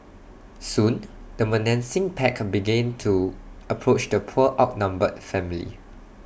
soon the menacing pack began to approach the poor outnumbered family